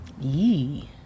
Yee